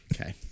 Okay